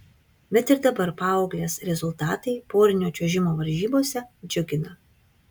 bet ir dabar paauglės rezultatai porinio čiuožimo varžybose džiugina